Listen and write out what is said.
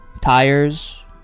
tires